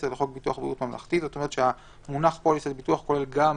לחוק ביטוח בריאות ממלכתי," כלומר המונח פוליסת ביטוח כולל גם